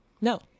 No